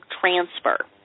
transfer